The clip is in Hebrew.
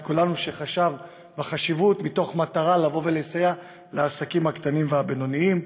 כולנו מתוך מטרה לסייע לעסקים הקטנים והבינוניים.